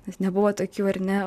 nes nebuvo tokių ar ne